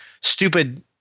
stupid –